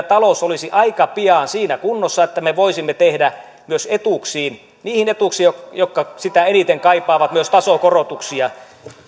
talous olisi aika pian siinä kunnossa että me voisimme tehdä etuuksiin niihin etuuksiin jotka sitä eniten kaipaavat myös tasokorotuksia